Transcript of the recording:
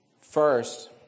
First